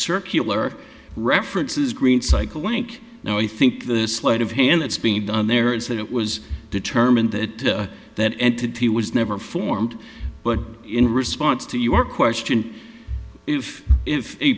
circular references green cycle link now i think the slight of hand that's being done there is that it was determined that that entity was never formed but in response to your question if if a